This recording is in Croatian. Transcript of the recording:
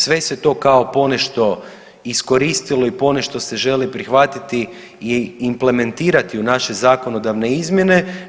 Sve se to kao ponešto iskoristilo i ponešto se želi prihvatiti i implementirati u naše zakonodavne izmjene.